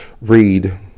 read